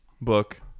book